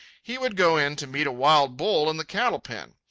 he would go in to meet a wild bull in the cattle-pen.